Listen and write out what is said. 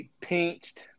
pinched